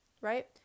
Right